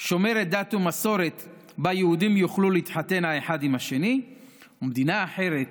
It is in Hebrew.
שומרת דת ומסורת שבה יהודים יוכלו להתחתן האחד עם השני ומדינה אחרת